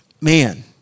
man